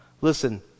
listen